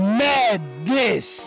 madness